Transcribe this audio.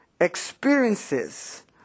experiences